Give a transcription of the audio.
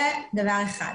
זה דבר אחד.